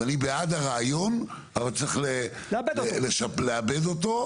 אני בעד הרעיון אבל צריך לעבד אותו.